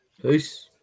Peace